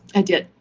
i did.